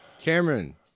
Cameron